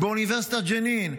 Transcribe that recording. באוניברסיטת ג'נין,